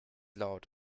laut